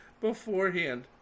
beforehand